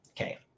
okay